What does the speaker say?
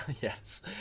Yes